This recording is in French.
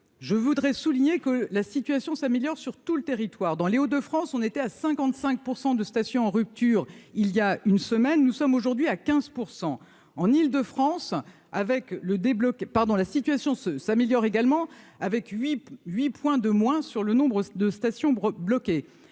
je voudrais souligner que la situation s'améliore sur tout le territoire dans Les Hauts de France, on était à 55 % de stations en rupture, il y a une semaine, nous sommes aujourd'hui à 15 % en Île-de-France avec le débloquer, pardon, la situation se s'améliore également avec lui 8 points de moins sur le nombre de stations et